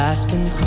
Asking